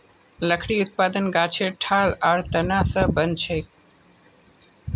लकड़ी उत्पादन गाछेर ठाल आर तना स बनछेक